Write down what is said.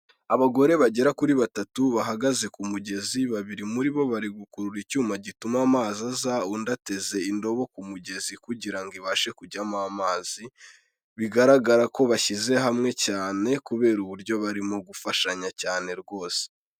Abagore bagera kuri batatu bahagaze ku mugezi, babiri muri bo, bari gukurura icyuma gituma amazi aza, undi ateze indobo ku mugezi, kugira ngo ibashe kujyamo amazi, bigaragara ko bashyize hamwe cyane, kubera uburyo barimo gufashanya cyane rwose.